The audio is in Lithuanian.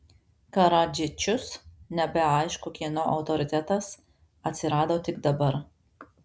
karadžičius nebeaišku kieno autoritetas atsirado tik dabar